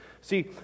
See